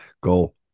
Go